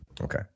okay